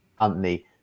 Anthony